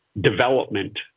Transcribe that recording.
Development